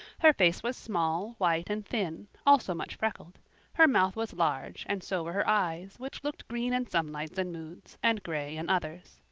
her face was small, white and thin, also much freckled her mouth was large and so were her eyes, which looked green in some lights and moods and gray in others.